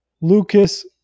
Lucas